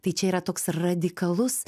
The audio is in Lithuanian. tai čia yra toks radikalus